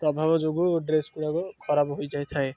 ପ୍ରଭାବ ଯୋଗୁ ଡ୍ରେସ୍ ଗୁଡ଼ାକ ଖରାପ ହୋଇଯାଇଥାଏ